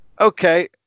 Okay